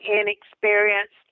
inexperienced